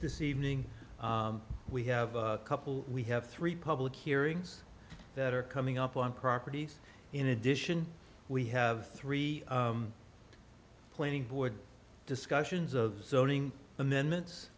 this evening we have a couple we have three public hearings that are coming up on properties in addition we have three planning board discussions of zoning amendments